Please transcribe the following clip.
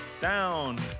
Down